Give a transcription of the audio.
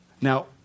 now